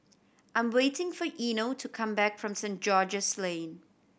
I'm waiting for Eino to come back from Saint George's Lane